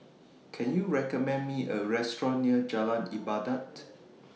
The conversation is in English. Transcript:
Can YOU recommend Me A Restaurant near Jalan Ibadat